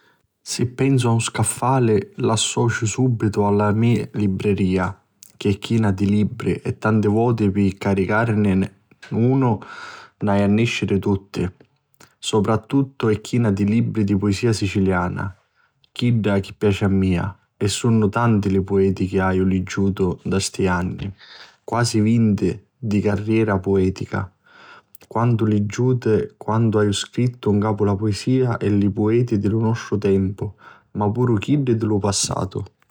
Si pensu a un scaffali l'associu subitu a la me libriria ch'è china di libri e tanti voti pi circarini unu l'haiu a nesciri tutti. Soprattuttu è china di libri di puisìa siciliana, chidda chi piaci mia, e sunnu tanti li pueti chi haiu liggiutu nta tutti sti anni, quasi vinti, di "carrera" puetica. Quantu liggiuti e quantu haiu scrittu 'n capu la puisìa e li pueti di lu nostru tempu ma puru chiddi di lu tempu passatu.